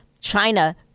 China